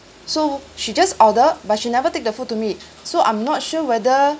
so she just order but she never take the food to me so I'm not sure whether